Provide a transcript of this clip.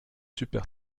super